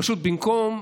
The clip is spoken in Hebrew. פשוט במקום,